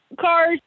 cars